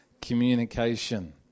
communication